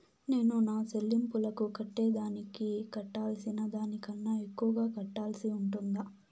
నేను నా సెల్లింపులకు కట్టేదానికి కట్టాల్సిన దానికన్నా ఎక్కువగా కట్టాల్సి ఉంటుందా?